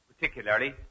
particularly